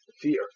fear